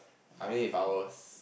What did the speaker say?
I mean If I was